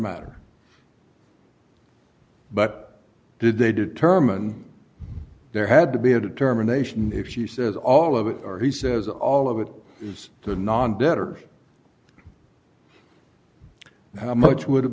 matter but did they determine there had to be a determination if she says all of it or he says all of it is the non debt or how much would have